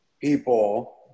people